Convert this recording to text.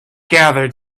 gathered